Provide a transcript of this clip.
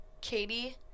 Katie